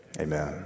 amen